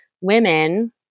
women